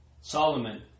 Solomon